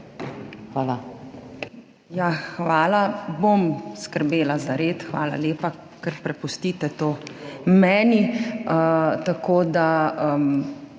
Hvala.